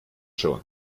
schon